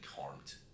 harmed